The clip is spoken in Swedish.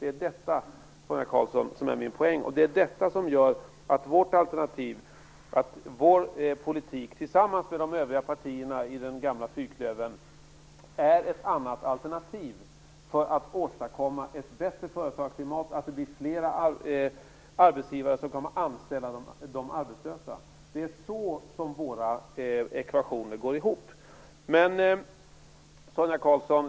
Det är detta, Sonia Karlsson, som är min poäng och som gör att vår politik, tillsammans med den politik som förs av de övriga partierna i den gamla fyrklövern, är ett alternativ för att åstadkomma ett bättre företagarklimat. Det leder till att flera arbetsgivare kommer att anställa arbetslösa personer. Det är så våra ekvationer går ihop. Sonia Karlsson!